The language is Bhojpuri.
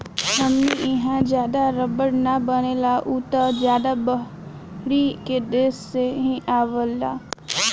हमनी इहा ज्यादा रबड़ ना बनेला उ त ज्यादा बहरी के देश से ही आवेला